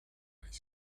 high